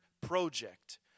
project